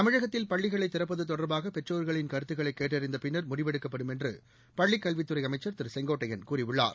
தமிழகத்தில் பள்ளிகளை திறப்பது தொடர்பாக பெற்றோர்களின் கருத்துக்களைக் கேட்டறிந்த பின்னர் முடிவெக்கப்படும் என்று பள்ளிக் கல்வித்துறை அமைச்சர் திரு செங்கோட்டையன் கூறியுள்ளார்